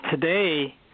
today